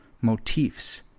motifs